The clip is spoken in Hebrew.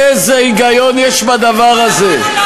איזה היגיון יש בדבר הזה?